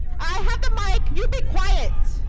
i have the mic. you be quiet.